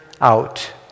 out